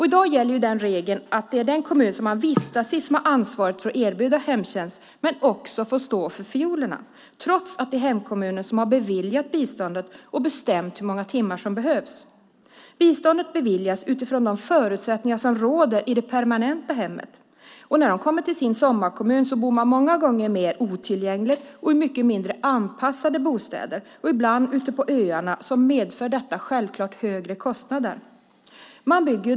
I dag gäller regeln att det är den kommun som man vistas i som har ansvaret för att erbjuda hemtjänst och som också får stå för fiolerna, trots att det är hemkommunen som har beviljat biståndet och bestämt hur många timmar som behövs. Biståndet beviljas utifrån de förutsättningar som råder i det permanenta hemmet. När de här personerna kommer till sin sommarkommun bor de många gånger mer otillgängligt och i mycket mindre anpassade bostäder, ibland ute på öarna. Det medför självklart högre kostnader.